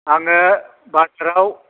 आङो बाजाराव